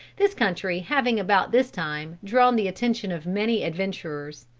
this country having about this time drawn the attention of many adventurers.